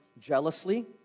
jealously